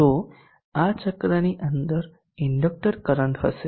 તો આ ચક્રની અંદર ઇન્ડક્ટર કરંટ હશે